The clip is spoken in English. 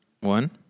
one